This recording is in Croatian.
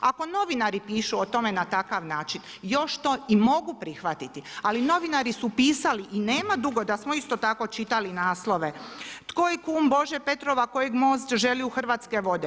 Ako novinari pišu o tome na takav način još to i mogu prihvatiti, ali novinari su pisali i nema dugo da smo isto tako čitali naslove tko je kum Bože Petrova kojeg MOST želi u Hrvatske vode.